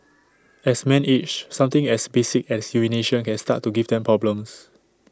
as men age something as basic as urination can start to give them problems